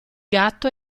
gatto